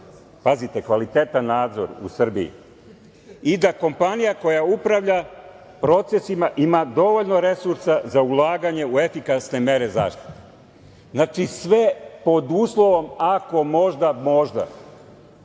pazite kvalitetan nadzor u Srbiji, i da kompanija koja upravlja procesima ima dovoljno resursa za ulaganje u efikasne mere zaštite. Znači, sve pod uslovom ako možda, možda.